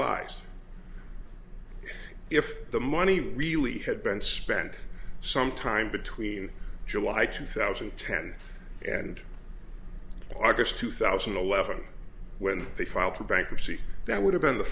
lies if the money really had been spent sometime between july two thousand and ten and argus two thousand and eleven when they filed for bankruptcy that would have been the